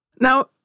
Now